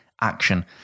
action